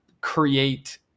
create